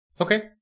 Okay